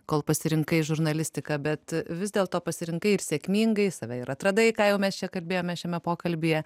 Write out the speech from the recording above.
kol pasirinkai žurnalistiką bet vis dėlto pasirinkai ir sėkmingai save ir atradai ką jau mes čia kalbėjome šiame pokalbyje